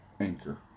Anchor